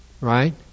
right